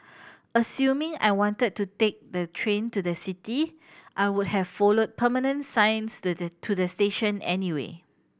assuming I wanted to take the train to the city I would have followed permanent signs to the to the station anyway